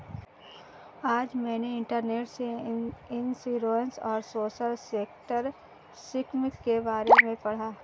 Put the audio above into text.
आज मैंने इंटरनेट से इंश्योरेंस और सोशल सेक्टर स्किम के बारे में पढ़ा